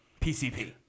PCP